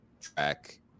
track